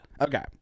Okay